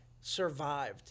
survived